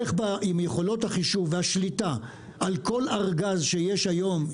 איך עם יכולות החישוב והשליטה על כל ארגז שיש היום,